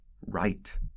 right